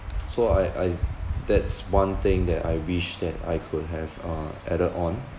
so I I that's one thing that I wish that I could have uh added on